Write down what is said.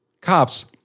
cops